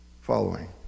following